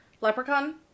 Leprechaun